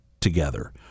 together